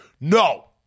No